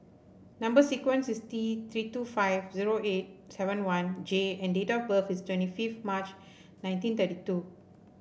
number sequence is T Three two five zero eight seven one J and date of birth is twenty fifith March nineteen thirty two